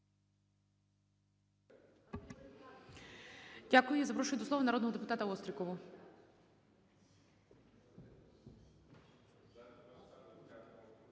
Дякую. Запрошую до слова народного депутата Солов'я.